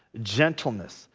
gentleness,